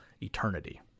eternity